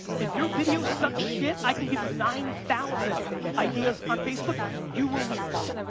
if your video sucks shit i can give you nine thousand ideas on facebook you will lose.